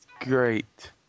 great